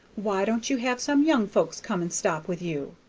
why don't you have some young folks come and stop with you?